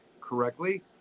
correctly